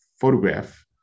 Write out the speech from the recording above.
photograph